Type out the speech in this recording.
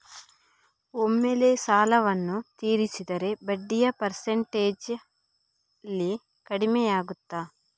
ಒಮ್ಮೆಲೇ ಸಾಲವನ್ನು ತೀರಿಸಿದರೆ ಬಡ್ಡಿಯ ಪರ್ಸೆಂಟೇಜ್ನಲ್ಲಿ ಕಡಿಮೆಯಾಗುತ್ತಾ?